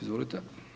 Izvolite.